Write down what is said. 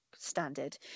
standard